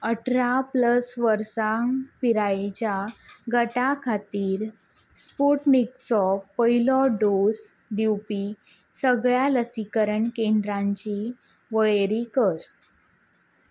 अठरा प्लस वर्सां पिरायेच्या गटा खातीर स्पुटनिकचो पयलो डोस दिवपी सगळ्या लसीकरण केंद्रांची वळेरी कर